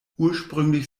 ursprünglich